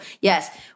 yes